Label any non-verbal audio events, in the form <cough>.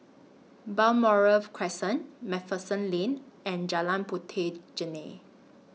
Balmoral <noise> Crescent MacPherson Lane and Jalan Puteh Jerneh